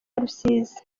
rusizi